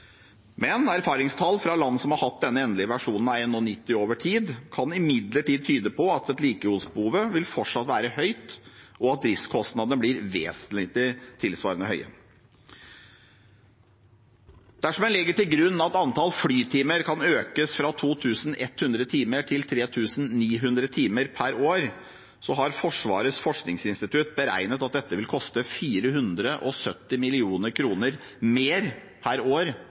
Men erfaringstall fra land som har hatt denne endelige versjonen av NH90 over tid, kan imidlertid tyde på at vedlikeholdsbehovet fortsatt vil være høyt, og at driftskostnadene blir tilsvarende høye. Dersom en legger til grunn at antall flytimer kan økes fra 2 100 timer til 3 900 timer per år, har Forsvarets forskningsinstitutt beregnet at dette vil koste 470 mill. kr mer per år